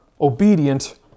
obedient